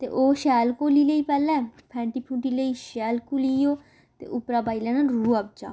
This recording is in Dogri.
ते ओह् शैल घोली लेई पैह्लें फैंटी फुटी लेई शैल घुली गेई ओह् ते उप्परा पाई लैना रूह अफ्जा